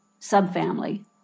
subfamily